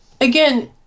again